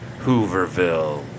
Hooverville